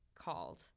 called